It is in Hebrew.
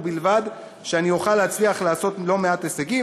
ובלבד שאני אוכל להצליח להגיע ללא מעט הישגים.